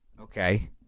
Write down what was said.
Okay